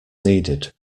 needed